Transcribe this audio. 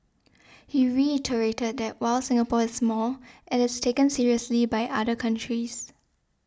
he reiterated that while Singapore is small it is taken seriously by other countries